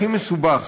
הכי מסובך,